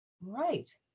Right